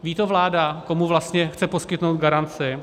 Ví to vláda, komu vlastně chce poskytnout garanci?